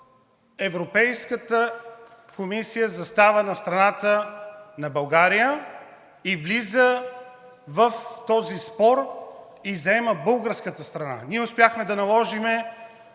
Европейската комисия застава на страната на България, влиза в този спор и заема българската страна. Ние успяхме да наложим